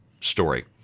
story